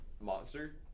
Monster